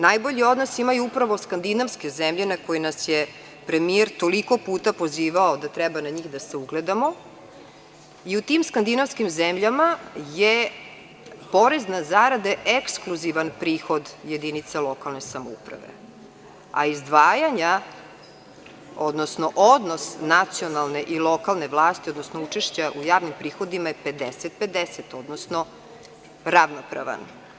Najbolji odnos imaju upravo skandinavske zemlje, na koje nas je premijer toliko puta pozivao da treba na njih da se ugledamo, i u tim skandinavskim zemljama je porez na zarade ekskluzivan prihod jedinica lokalne samouprave, a izdvajanja, odnosno odnos nacionalne i lokalne vlasti, odnosno učešća u javnim prihodima je 50:50, odnosno ravnopravan.